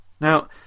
Now